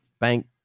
bank